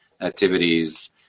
activities